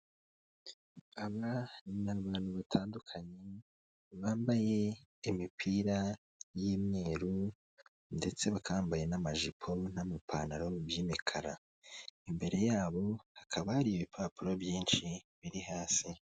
Aba ni abantu batandukanye bambaye imipira y'imyeru ndetse bakaba bambaye n'amajipo n'amapantaro by'imikara imbere yabo hakaba hari ibipapuro byinshi biri hasi.